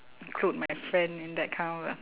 ~clude my friend in that kind of uh